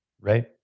Right